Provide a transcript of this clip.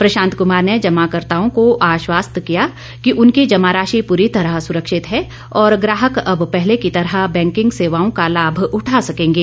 प्रशांत कुमार ने जमाकर्ताओं को आश्वस्त किया कि उनकी जमाराशि पूरी तरह सुरक्षित है और ग्राहक अब पहले की तरह बैंकिंग सेवाओं का लाभ उठा सकेंगे